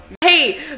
hey